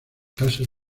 clases